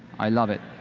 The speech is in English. i love it.